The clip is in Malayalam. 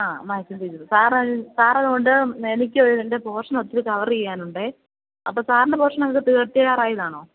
ആ മാത്സിന്റെ ടീച്ചറ് സാറ് സാറത് കൊണ്ട് എനിക്ക് എന്റെ പോഷന് ഒത്തിരി കവർ ചെയ്യാനുണ്ട് അപ്പോൾ സാറിന്റെ പോഷനൊക്കെ തീര്ന്നോ തീരാറായതാണോ